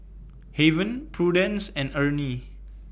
Haven Prudence and Ernie